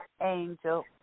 Angel